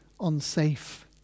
unsafe